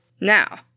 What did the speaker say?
Now